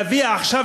להביא עכשיו,